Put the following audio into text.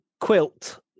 quilt